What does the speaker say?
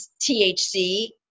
THC